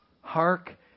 Hark